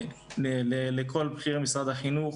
לכל בכירי משרד החינוך.